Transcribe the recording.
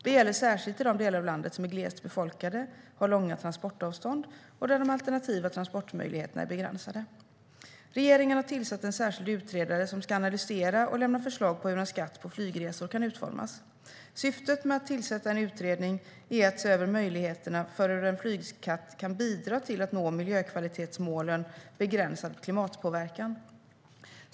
Det gäller särskilt i de delar av landet som är glest befolkade, har långa transportavstånd och där de alternativa transportmöjligheterna är begränsade. Regeringen har tillsatt en särskild utredare som ska analysera och lämna förslag på hur en skatt på flygresor kan utformas. Syftet med att tillsätta en utredning är att se över möjligheterna för hur en flygskatt kan bidra till att nå miljökvalitetsmålet Begränsad klimatpåverkan.